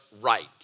right